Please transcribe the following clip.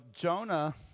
Jonah